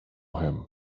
him